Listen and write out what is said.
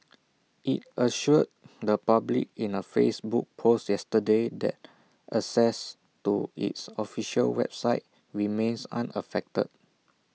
IT assured the public in A Facebook post yesterday that access to its official website remains unaffected